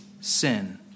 sin